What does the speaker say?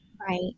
Right